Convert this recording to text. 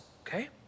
okay